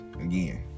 again